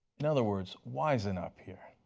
in other words, wisen up here.